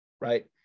right